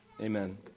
Amen